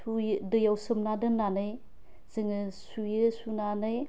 सुयो दैआव सोमना दोननानै जोङो सुयो सुनानै